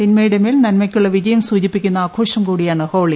തിന്മയുടെ മേൽ നന്മയ്ക്കുള്ള വിജയം സൂചിപ്പിക്കുന്ന ആഘോഷം കൂടിയാണ് ഹോളി